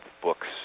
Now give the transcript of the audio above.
books